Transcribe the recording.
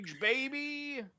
baby